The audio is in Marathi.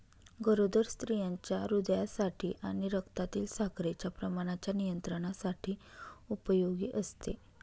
गरोदर स्त्रियांच्या हृदयासाठी आणि रक्तातील साखरेच्या प्रमाणाच्या नियंत्रणासाठी उपयोगी असते